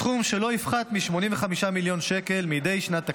בסכום שלא יפחת מ-85 מיליון שקל מדי שנת תקציב,